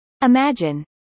Imagine